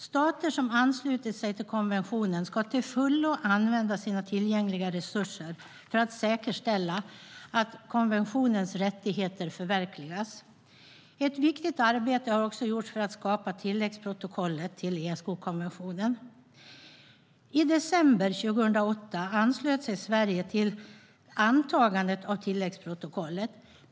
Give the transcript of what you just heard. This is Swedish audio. Stater som har anslutit sig till konventionen ska till fullo använda sina tillgängliga resurser för att säkerställa att konventionens rättigheter förverkligas. Ett viktigt arbete har också gjorts för att skapa tilläggsprotokollet till ESK-konventionen. I december 2008 anslöt sig Sverige till antagandet av tilläggsprotokollet.